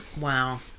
Wow